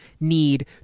need